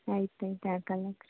ಆಯ್ತು ಆಯ್ತು ಹಾಕಲ್ಲಕ್ರೀ